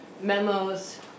memos